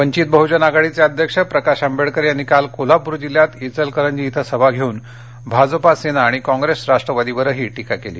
वंघित बहुजन आघाडीचे अध्यक्ष प्रकाश आंबेडकर यांनी काल कोल्हापुर जिल्ह्यात चिलकरंजी कें सभा घेऊन भाजपा सेना आणि काँग्रेस राष्ट्रवादीवरही टीका केली